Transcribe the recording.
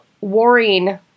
warring